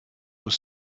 were